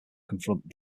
confront